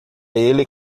ele